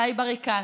סאיב עריקאת,